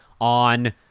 on